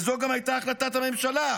וזו גם הייתה החלטת הממשלה,